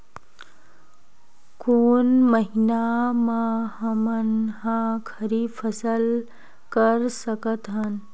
कोन महिना म हमन ह खरीफ फसल कर सकत हन?